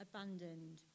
Abandoned